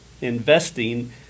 investing